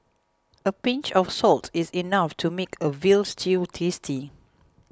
a pinch of salt is enough to make a Veal Stew tasty